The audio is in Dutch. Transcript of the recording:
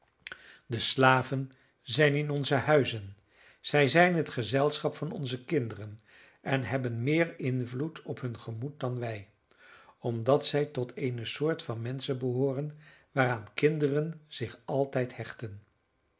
de slaven zijn in onze huizen zij zijn het gezelschap van onze kinderen en hebben meer invloed op hun gemoed dan wij omdat zij tot eene soort van menschen behooren waaraan kinderen zich altijd hechten